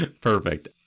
perfect